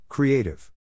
Creative